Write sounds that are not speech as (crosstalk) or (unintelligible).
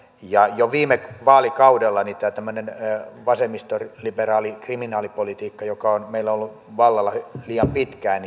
ja jo viime vaalikaudella tämmöiseen vasemmistoliberaaliin kriminaalipolitiikkaan joka on meillä ollut vallalla liian pitkään (unintelligible)